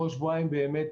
אני מנסה להסתכל באמת